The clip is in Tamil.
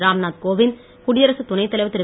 ராம்நாத் கோவிந்த் குடியரசுத் துணைத் தலைவர் திரு